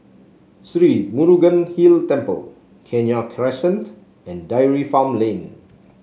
Sri Murugan Hill Temple Kenya Crescent and Dairy Farm Lane